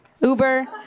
Uber